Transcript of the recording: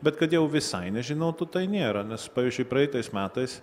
bet kad jau visai nežinotų tai nėra nes pavyzdžiui praeitais metais